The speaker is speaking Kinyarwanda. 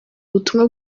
ubutumwa